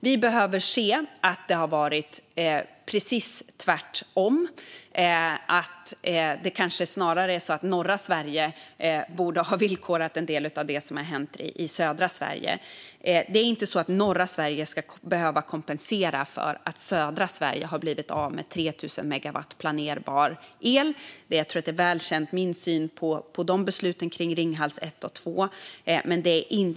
Vi behöver se att det har varit precis tvärtom - att det kanske snarare är norra Sverige som borde ha villkorat en del av det som har hänt i södra Sverige. Norra Sverige ska inte behöva kompensera för att södra Sverige har blivit av med 3 000 megawatt planerbar el; jag tror att min syn på besluten om Ringhals 1 och 2 är väl känd.